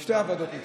שתי הוועדות.